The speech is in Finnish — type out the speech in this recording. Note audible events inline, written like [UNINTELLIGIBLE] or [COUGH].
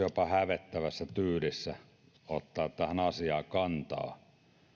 [UNINTELLIGIBLE] jopa sanoa hävettävässä tyylissä ottaa tähän asiaan kantaa